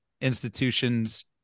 institutions